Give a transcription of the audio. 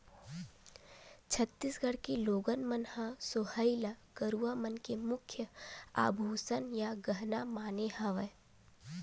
छत्तीसगढ़ के लोगन मन ह सोहई ल गरूवा मन के मुख्य आभूसन या गहना माने हवय